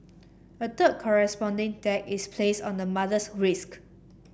a third corresponding tag is placed on the mother's risk